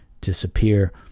disappear